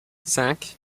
cinq